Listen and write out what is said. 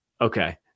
Okay